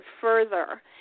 further